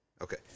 Okay